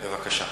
בבקשה.